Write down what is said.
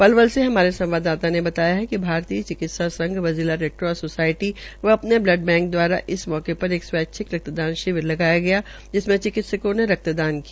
लवल से हमारे संवाददाता ने बताया कि भारतीय चिकित्सा संध व जिला रेडक्रास सोसायटी व अ ने ब्लड बैंक द्वारा इस मौके र एक स्वैच्छिक रक्तदान शिविर लगाया गया जिसमें चिकित्सकों ने रक्तदान किया